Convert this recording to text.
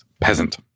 peasant